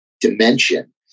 dimension